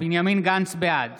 בעד